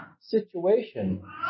situation